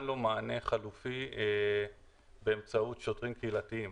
לו מענה חלופי באמצעות שוטרים קהילתיים.